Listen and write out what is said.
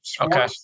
Okay